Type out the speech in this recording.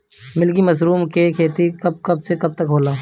Milky mushroom के खेती कब से कब तक होला?